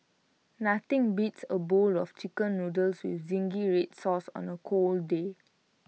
nothing beats A bowl of Chicken Noodles with Zingy Red Sauce on A cold day